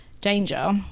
danger